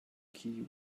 key